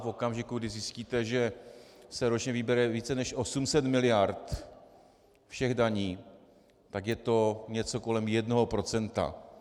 V okamžiku, kdy zjistíte, že se ročně vybere více než 800 mld. všech daní, tak je to něco kolem 1 %.